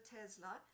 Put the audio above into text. Tesla